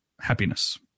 happiness